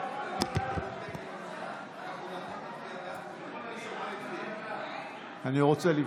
לתת לו אפשרות, אנחנו, אני רוצה לבדוק.